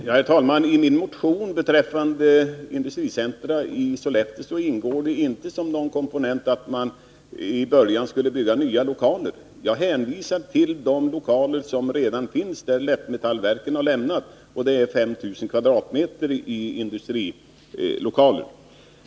Herr talman! I vår motion beträffande ett industricentrum i Sollefteå ingår inte som någon komponent att man skulle börja med att bygga nya lokaler. Vi hänvisar till de lokaler som redan finns där och som Lättmetallverken har lämnat. Det är 5 000 m? i industrilokaler.